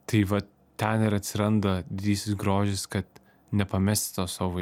tai va ten ir atsiranda didysis grožis kad nepamest to savo